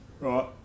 right